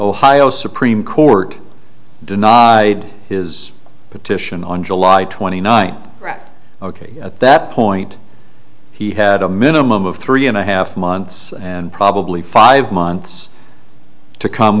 ohio supreme court denied his petition on july twenty ninth ok at that point he had a minimum of three and a half months and probably five months to come